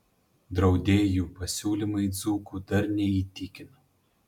draudėjų pasiūlymai dzūkų dar neįtikino